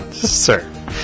Sir